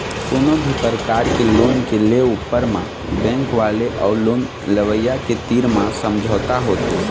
कोनो भी परकार के लोन के ले ऊपर म बेंक वाले अउ लोन लेवइया के तीर म समझौता होथे